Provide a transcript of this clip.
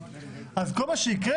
אז כל מה שיקרה,